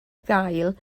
gael